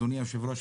אדוני היושב ראש,